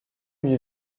lui